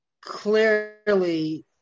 clearly